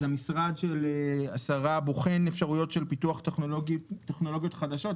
משרד התחבורה בוחן אפשרויות של פיתוח טכנולוגיות חדשות,